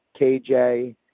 KJ